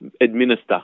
administer